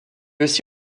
aussi